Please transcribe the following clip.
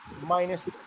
Minus